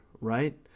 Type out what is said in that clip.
right